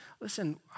listen